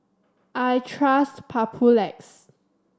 I trust Papulex